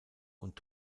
und